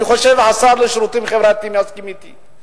אני חושב שהשר לשירותים חברתיים יסכים אתי.